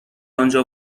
انجا